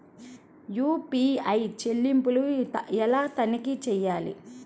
UPI చెల్లింపులు ఎలా తనిఖీ చేయాలి?